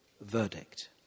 verdict